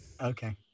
Okay